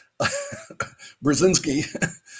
Brzezinski